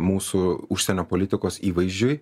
mūsų užsienio politikos įvaizdžiui